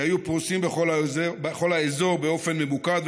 שהיו פרוסים בכל האזור באופן ממוקד,